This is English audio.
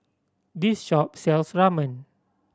this shop sells Ramen